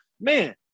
Man